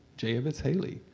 j evetts haley.